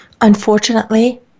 Unfortunately